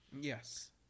yes